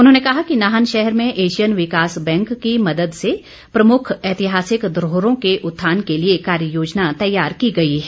उन्होंने कहा कि नाहन शहर में ऐशियन विकास बैंक की मदद से प्रमुख ऐतिहासिक धरोहरों के उत्थान के लिए कार्ययोजना तैयार की गई है